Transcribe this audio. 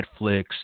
Netflix